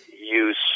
Use